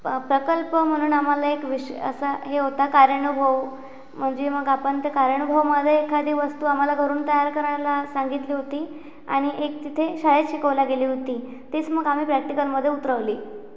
प प्रकल्प म्हणून आम्हाला एक विषय असा हे होता कार्यानुभव म्हणजे मग आपण ते कार्यानुभवमध्ये एखादी वस्तू आम्हाला घरून तयार करायला सांगितली होती आणि एक तिथे शाळेत शिकवला गेली होती तीच मग आम्ही प्रॅक्टिकलमध्ये उतरवली